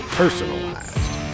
personalized